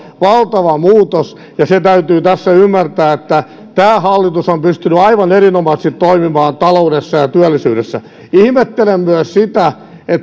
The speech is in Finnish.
valtava muutos ja se täytyy tässä ymmärtää että tämä hallitus on pystynyt aivan erinomaisesti toimimaan taloudessa ja työllisyydessä ihmettelen myös sitä että